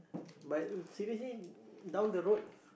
but seriously down the road